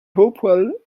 hopewell